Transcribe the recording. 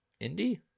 Indie